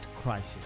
Crisis